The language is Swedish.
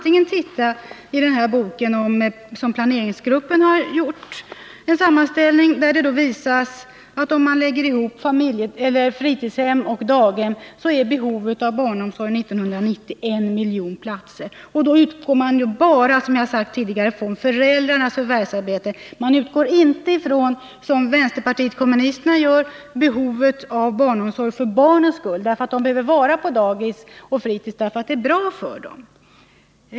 I den bok som planeringsgruppen skrivit finns en sammanställning, av vilken framgår att behovet av barnomsorg år 1990 är 1 miljon platser, om man då lägger ihop fritidshemmen och daghemmen. Då utgår man bara från föräldrarnas förvärvsarbete och inte från behovet av barnomsorg för barnens skull, något som vänsterpartiet kommunisterna gör. Barnen behöver vara på daghem och fritidshem därför att det är bra för dem.